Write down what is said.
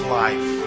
life